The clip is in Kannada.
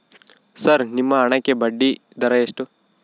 ಸರ್ ನಿಮ್ಮ ಹಣಕ್ಕೆ ಬಡ್ಡಿದರ ಎಷ್ಟು?